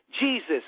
Jesus